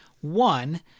One